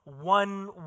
one